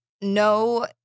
no